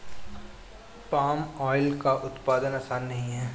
palm oil का उत्पादन आसान नहीं है